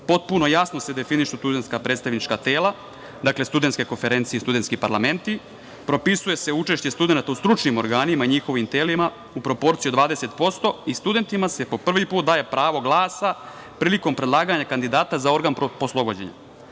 potpuno jasno se definišu studentska predstavnička tela, dakle, studentske konferencije i studentski parlamenti, propisuje se učešće studenata u stručnim organima i njihovim telima u proporciji od 20% i studentima se prvi put daje pravo glasa prilikom predlaganja kandidata za organ poslovođenja.